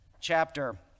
chapter